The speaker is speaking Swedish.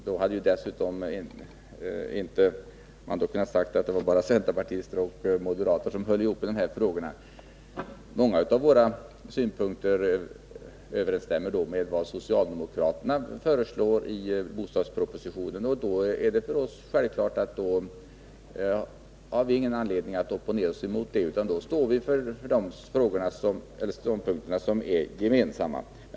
Då hade man dessutom inte kunnat säga att det bara var centerpartister och moderater som höll ihop i de här frågorna. Många av våra synpunkter överensstämmer med vad socialdemokraterna föreslår i bostadspropositionen. Därför har vi ingen anledning att opponera mot dem, utan vi står för de ståndpunkter som vi har gemensamt.